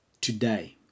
today